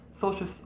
social